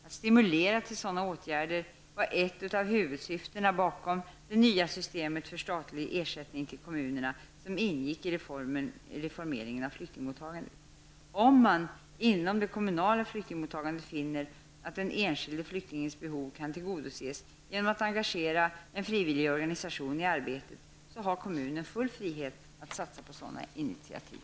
Att stimulera till sådana åtgärder var ett av huvudsyftena bakom det nya system för statlig ersättning till kommunerna som ingick i reformeringen av flyktingmottagandet. Om man inom det kommunala flyktingmottagandet finner att den enskilde flyktingens behov kan tillgodoses genom att engagera en frivillig organisation i arbetet, har kommunen full frihet att satsa på sådana initiativ.